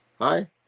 Hi